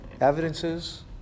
Evidences